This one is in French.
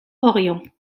orion